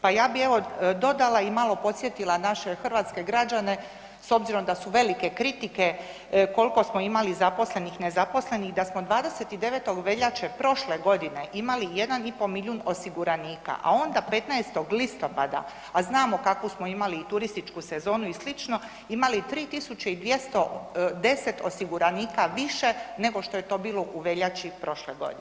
Pa ja bi evo dodala i malo podsjetila naše hrvatske građane s obzirom da su velike kritike kolko smo imali zaposlenih i nezaposlenih da smo 29. veljače prošle godine imali 1,5 milijun osiguranika, a onda 15. listopada, a znamo kakvu smo imali i turističku sezonu i slično, imali 3.210 osiguranika više nego što je to bilo u veljači prošle godine.